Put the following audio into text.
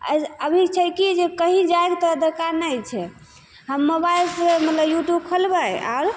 आओर अभी छै की जे कहीं जाइके तोरा दरकार नहि छै हम मोबाइलसँ मतलब यूट्युब खोलबय आओर